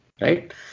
Right